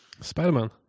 Spider-Man